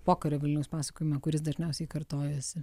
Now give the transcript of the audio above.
pokario vilniaus pasakojimą kuris dažniausiai kartojasi